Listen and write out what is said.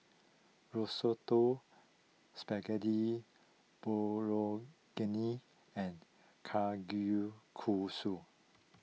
Risotto Spaghetti Bolognese and Kalguksu